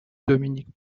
dominique